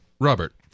Robert